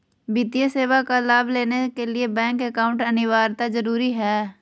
वित्तीय सेवा का लाभ लेने के लिए बैंक अकाउंट अनिवार्यता जरूरी है?